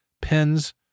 pens